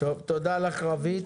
תודה לך, רוית.